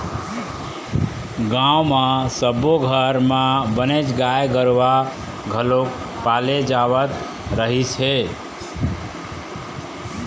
गाँव म सब्बो घर म बनेच गाय गरूवा घलोक पाले जावत रहिस हे